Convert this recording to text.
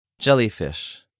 Jellyfish